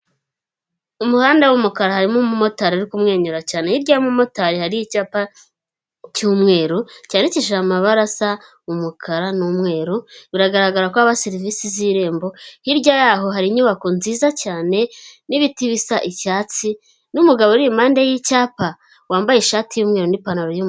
Mu muhanda w'umukara harimo umumotari kumwenyura cyane, hirya y'umumotari hariho icyapa cy'umweru cyandikishije amabara asa umukara n'umweru, biragaragara ko haba serivisi z'irembo, hirya yaho hari inyubako nziza cyane n'ibiti bisa icyatsi n'umugabo uri impande y'icyapa wambaye ishati y'umweru n'ipantaro y'umukara.